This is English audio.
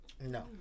no